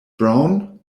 brown